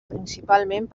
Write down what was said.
principalment